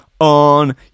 on